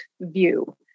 view